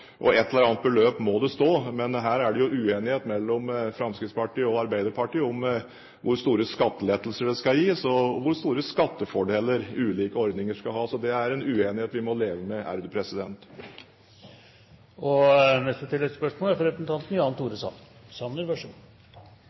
annet beløp må det stå. Men her er det jo uenighet mellom Fremskrittspartiet og Arbeiderpartiet om hvor store skattelettelser det skal gis, og hvor store skattefordeler ulike ordninger skal ha. Det er en uenighet vi må leve med. Jan Tore Sanner – til oppfølgingsspørsmål. La meg bare først slutte meg fullt og helt til de betraktningene som representanten